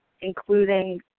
including